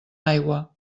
aigua